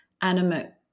animate